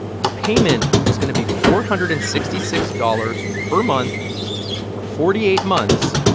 her payment was going to be four hundred and sixty six dollars per month for forty eight months,